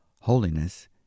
Holiness